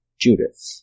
Judith